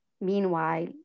meanwhile